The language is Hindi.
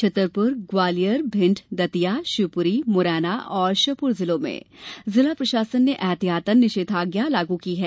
छतरपुर ग्वालियर भिंड शिवपुरी मुरैना और श्योपुर जिलों में जिला प्रशासन ने ऐहतियातन निषेधाज्ञा लागू कर दी है